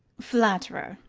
flatterer.